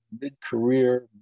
mid-career